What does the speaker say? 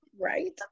Right